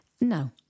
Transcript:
No